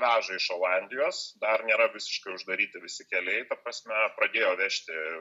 veža iš olandijos dar nėra visiškai uždaryti visi keliai ta prasme pradėjo vežti